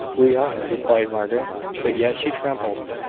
we are, replied margaret but yet she trembled.